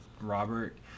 Robert